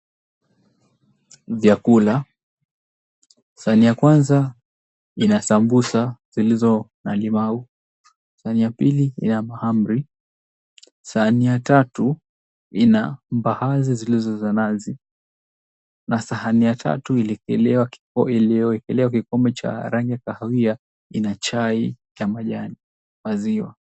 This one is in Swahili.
Vyakula. Sahani ya kwanza ina sambusa zilizo na limau. Sahani ya pili ina mahamri. Sahani ya tatu ina mbaazi zilizo za nazi na sahani ya tatu iliyoekelewa kikombe cha rangi ya kahawia, ina chai ya majani maziwa.